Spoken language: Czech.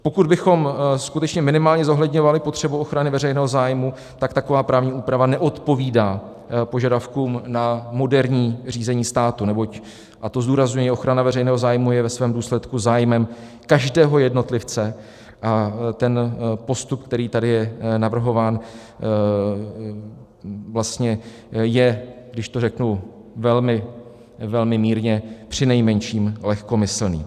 Pokud bychom skutečně minimálně zohledňovali potřebu ochrany veřejného zájmu, tak taková právní úprava neodpovídá požadavkům na moderní řízení státu, neboť, a to zdůrazňuji, ochrana veřejného zájmu je ve svém důsledku zájmem každého jednotlivce a ten postup, který tady je navrhován, je, když to řeknu velmi mírně, přinejmenším lehkomyslný.